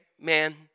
Man